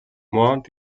mans